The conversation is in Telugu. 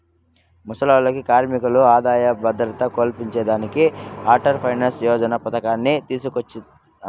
ముసలోల్లకి, కార్మికులకి ఆదాయ భద్రత కల్పించేదానికి అటల్ పెన్సన్ యోజన పతకాన్ని తీసుకొచ్చినారు